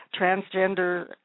transgender